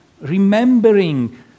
remembering